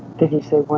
did he say when?